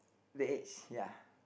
plaques